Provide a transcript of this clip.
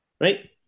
Right